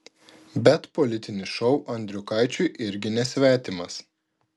bet politinis šou andriukaičiui irgi nesvetimas